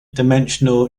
dimensional